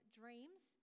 dreams